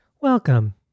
Welcome